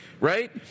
right